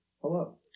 hello